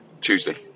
Tuesday